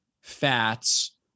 fats